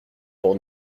pour